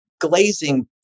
glazing